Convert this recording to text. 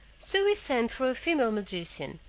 so he sent for a female magician,